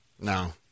No